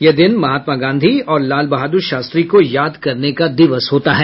यह दिन महात्मा गांधी और लाल बहादुर शास्त्री को याद करने का दिवस होता है